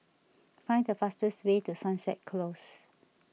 find the fastest way to Sunset Close